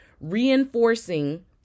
reinforcing